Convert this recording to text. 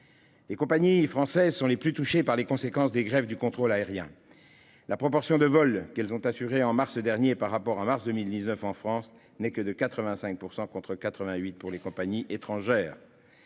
Les compagnies françaises sont les plus touchées par les conséquences des grèves du contrôle aérien. La proportion de vols qu'elles ont assurés en mars dernier par rapport à mars 2019 n'est que de 85 %, contre 88 % pour les compagnies étrangères.